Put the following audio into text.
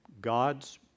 God's